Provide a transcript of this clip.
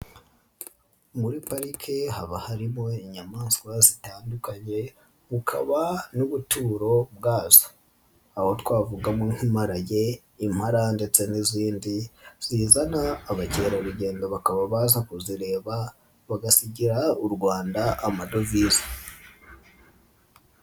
Muri parike haba harimo inyamaswa zitandukanye bukaba n'ubuturo bwazo, aho twavugamo nk'imparage, impara ndeta n'izindi zizana abakerarugendo bakaba baza kuzireba bagasigira u Rwanda amadovize.